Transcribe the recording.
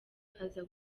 aza